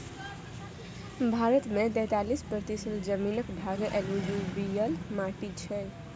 भारत मे तैतालीस प्रतिशत जमीनक भाग एलुयुबियल माटि छै